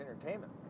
entertainment